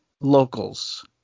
locals